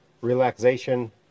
relaxation